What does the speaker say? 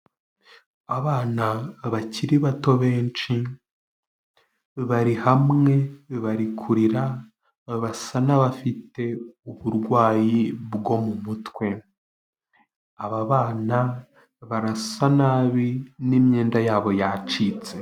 Abana bakiri bato benshi bari hamwe bari kurira basa n'abafite uburwayi bwo mu mutwe aba bana barasa nabi ni imyenda yabo yacitse.